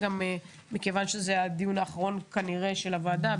מכיוון שזה כנראה הדיון האחרון של הוועדה,